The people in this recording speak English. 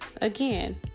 again